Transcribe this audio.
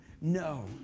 No